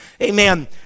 Amen